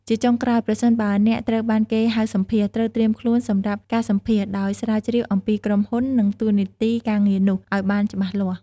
ជាចុងក្រោយ ប្រសិនបើអ្នកត្រូវបានគេហៅសម្ភាសន៍ ត្រូវត្រៀមខ្លួនសម្រាប់ការសម្ភាសន៍ ដោយស្រាវជ្រាវអំពីក្រុមហ៊ុន និងតួនាទីការងារនោះឱ្យបានច្បាស់លាស់។